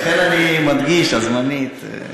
לכן אני מדגיש, הזמנית.